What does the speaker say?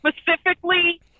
Specifically